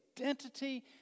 identity